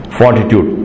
fortitude